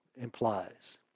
implies